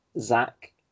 Zach